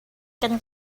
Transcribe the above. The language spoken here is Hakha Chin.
kan